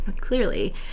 clearly